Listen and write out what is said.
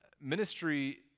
Ministry